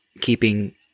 keeping